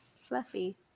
fluffy